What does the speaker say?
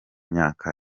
myaka